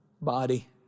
body